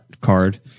card